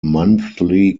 monthly